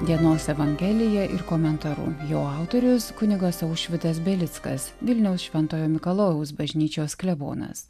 dienos evangelija ir komentaru jo autorius kunigas aušvydas belickas vilniaus šventojo mikalojaus bažnyčios klebonas